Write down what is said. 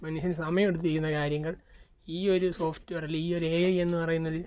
മനുഷ്യൻ സമയം എടുത്ത് ചെയ്യുന്ന കാര്യങ്ങൾ ഈ ഒരു സോഫ്റ്റ്വെയർ അല്ലെങ്കിൽ ഈ ഒരു എ ഐ എന്ന് പറയുന്നൊരു